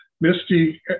Misty